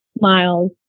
miles